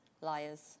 liars